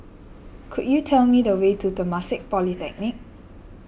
could you tell me the way to Temasek Polytechnic